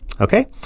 Okay